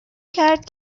کرد